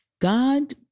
God